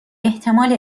احتمال